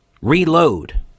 reload